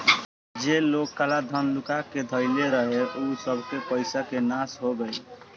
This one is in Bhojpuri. जे लोग काला धन लुकुआ के धइले रहे उ सबके पईसा के नाश हो गईल